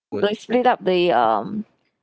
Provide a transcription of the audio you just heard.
they split up the um